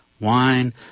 wine